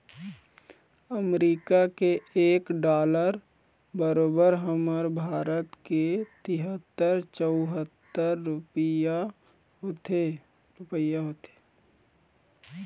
अमरीका के एक डॉलर बरोबर हमर भारत के तिहत्तर चउहत्तर रूपइया होथे